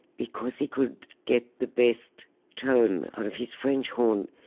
because he could get the best tone out of his french horn,